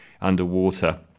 underwater